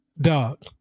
Dog